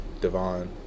Devon